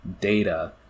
data